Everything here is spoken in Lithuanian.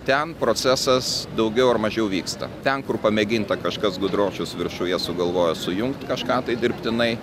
ten procesas daugiau ar mažiau vyksta ten kur pamėginta kažkas gudročius viršuje sugalvojo sujungt kažką tai dirbtinai